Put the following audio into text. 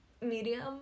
medium